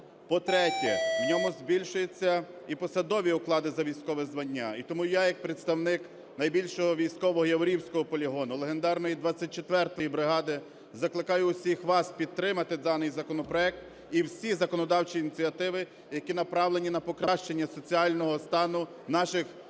По-третє, в ньому збільшуються і посадові оклади за військове звання. І тому я як представник найбільшого військового Яворівського полігону, легендарної 24 бригади закликаю усіх вас підтримати даний законопроект і всі законодавчі ініціативи, які направлені на покращення соціального стану наших